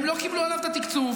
הם לא קיבלו עליו את התקצוב,